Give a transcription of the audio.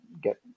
get